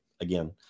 again